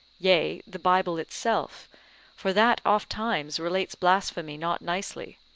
yea the bible itself for that ofttimes relates blasphemy not nicely,